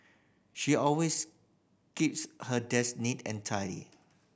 she always keeps her desk neat and tidy